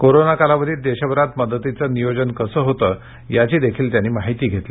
corona कालावधीत देशभरात मदतीचं नियोजन कसं होत याचीदेखील त्यांनी माहिती घेतली